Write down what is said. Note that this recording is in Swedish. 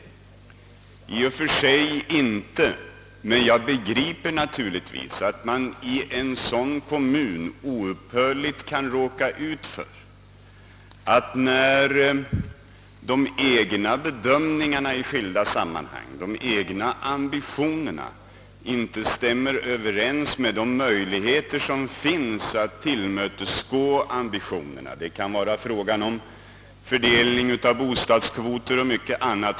Svaret är att en sådan kommun i och för sig inte behandlas annorlunda än andra kommuner, men jag begriper naturligtvis att man i en dylik kommun oupphörligt kan råka ut för att de egna bedömningarna och ambitionerna i skilda sammanhang, inte stämmer överens med möjligheterna att tillmötesgå ambitionerna — det kan vara fråga om fördelning av bostadskvoten och mycket annat.